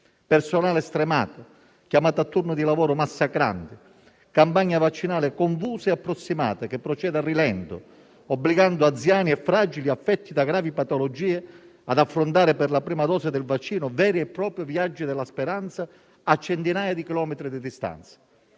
personale stremato, chiamato a turni di lavoro massacranti; campagna vaccinale confusa e approssimativa, che procede a rilento, obbligando anziani e fragili, affetti da gravi patologie, ad affrontare per la prima dose di vaccino veri e propri viaggi della speranza a centinaia di chilometri di distanza.